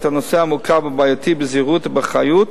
הנושא המורכב והבעייתי בזהירות ובאחריות,